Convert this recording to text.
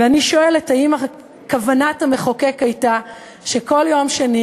ואני שואלת: האם כוונת המחוקק הייתה שכל יום שני,